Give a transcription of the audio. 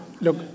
look